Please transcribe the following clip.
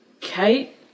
Kate